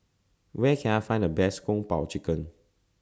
Where Can I Find The Best Kung Po Chicken